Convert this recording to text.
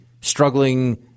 struggling –